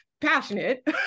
passionate